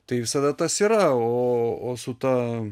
tai visada tas yra o o su ta